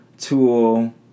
Tool